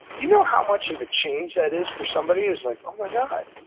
you know how much of a change that is for somebody who's like, oh my god,